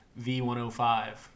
v105